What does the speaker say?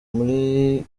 muri